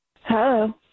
Hello